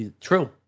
true